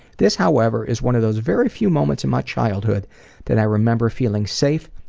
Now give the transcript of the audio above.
this however is one of those very few moments in my childhood that i remember feeling safe,